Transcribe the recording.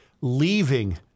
leaving